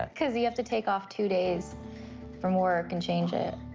cause you have to take off two days from work and change it.